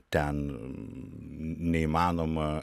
ten neįmanoma